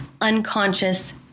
unconscious